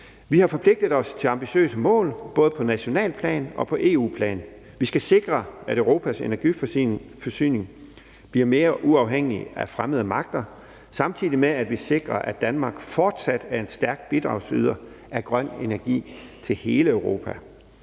Vi har forpligtet os til ambitiøse mål, både på nationalt plan og på EU-plan. Vi skal sikre, at Europas energiforsyning bliver mere uafhængig af fremmede magter, samtidig med at vi sikrer, at Danmark fortsat er en stærk bidragsyder af grøn energi til hele Europa.